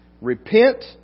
Repent